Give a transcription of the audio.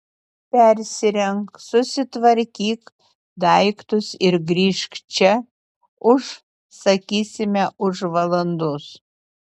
persirenk susitvarkyk daiktus ir grįžk čia už sakysime už valandos